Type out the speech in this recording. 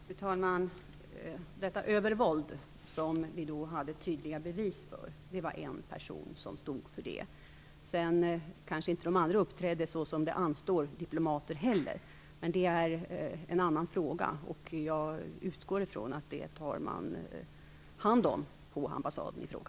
Fru talman! Det övervåld som vi hade tydliga bevis för var det en person som stod för. De andra kanske inte uppträdde som det anstår diplomater heller. Men det är en annan fråga. Jag utgår från att man tar hand om det på ambassaden i fråga.